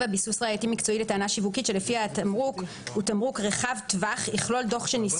ביסוס ראייתי מקצועי לטענה שיווקית שלפיה תמרוק להגנה מפני